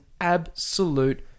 absolute